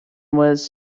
was